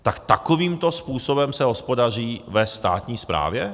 Tak takovýmto způsobem se hospodaří ve státní správě?